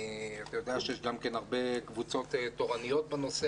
אתה יודע שיש הרבה קבוצות תורניות בנושא